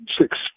six